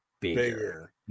bigger